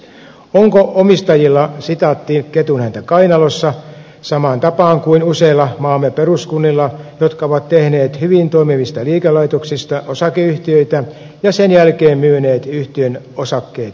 onko omistajilla ketunhäntä kainalossa samaan tapaan kuin useilla maamme peruskunnilla jotka ovat tehneet hyvin toimivista liikelaitoksista osakeyhtiöitä ja sen jälkeen myyneet yhtiön osakkeet yksityisille